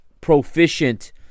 proficient